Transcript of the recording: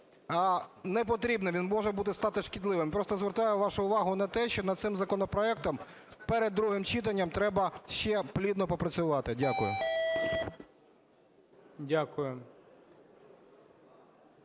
непотрібний, він може стати шкідливим. Просто звертаю вашу увагу на те, що над цим законопроектом перед другим читанням треба ще плідно попрацювати. Дякую.